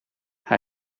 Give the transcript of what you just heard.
hij